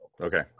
Okay